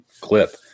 clip